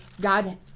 God